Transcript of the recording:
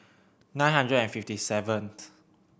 nine hundred and fifty seventh